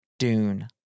Dune